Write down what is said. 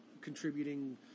contributing